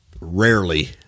rarely